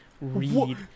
read